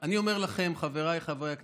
אני אומר לכם, חבריי חברי הכנסת,